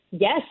Yes